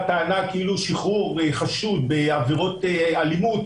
טענה כאילו שחרור חשוד בעבירות אלימות,